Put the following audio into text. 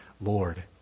Lord